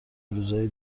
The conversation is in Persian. روزای